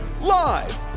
Live